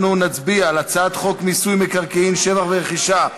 אנחנו נצביע על הצעת חוק מיסוי מקרקעין (שבח ורכישה)